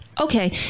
okay